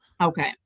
Okay